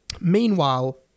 Meanwhile